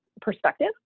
perspective